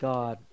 God